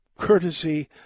courtesy